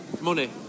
money